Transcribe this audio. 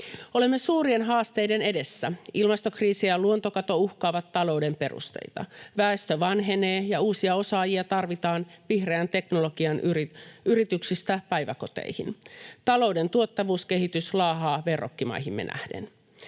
Olemme suurien haasteiden edessä. Ilmastokriisi ja luontokato uhkaavat talouden perusteita. Väestö vanhenee, ja uusia osaajia tarvitaan vihreän teknologian yrityksistä päiväkoteihin. Talouden tuottavuuskehitys laahaa verrokkimaihimme nähden.